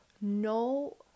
no